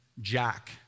Jack